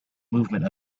movement